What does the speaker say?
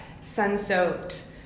sun-soaked